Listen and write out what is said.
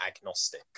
agnostic